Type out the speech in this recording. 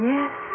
Yes